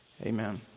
Amen